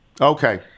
Okay